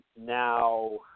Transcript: Now